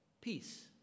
peace